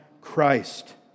Christ